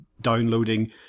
downloading